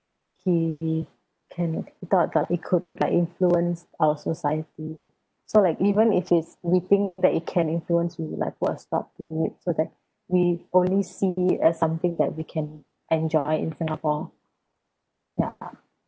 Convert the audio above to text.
he he can th~ thought that like it could like influence our society so like even if he's did think that it can influence it like put a stop to it so that we only see or something that we can enjoy in singapore ya